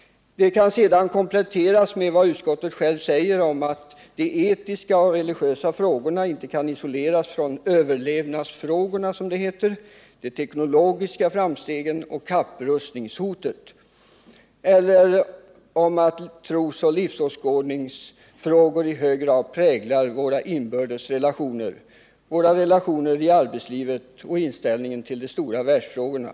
Det kan kompletteras med vad utskottet självt säger om att de etiska och religiösa frågorna inte kan isoleras från överlevnadsfrågorna, som det heter, de teknologiska framstegen och kapprustningshotet. Utskottet säger vidare att trosoch livsåskådningsfrågor i hög grad präglar våra inbördes relationer, våra relationer i arbetslivet och inställningen till de stora världsfrågorna.